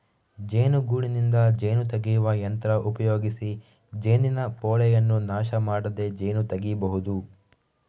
ಜೇನುಗೂಡಿನಿಂದ ಜೇನು ತೆಗೆಯುವ ಯಂತ್ರ ಉಪಯೋಗಿಸಿ ಜೇನಿನ ಪೋಳೆಯನ್ನ ನಾಶ ಮಾಡದೆ ಜೇನು ತೆಗೀಬಹುದು